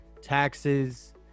taxes